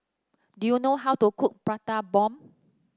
do you know how to cook Prata Bomb